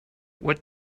what